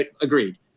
Agreed